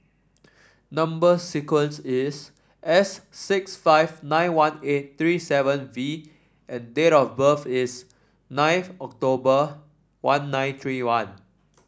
number sequence is S six five nine one eight three seven V and date of birth is ninth October one nine three one